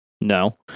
no